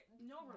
no